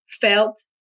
felt